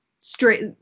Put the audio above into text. Straight